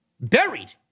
Buried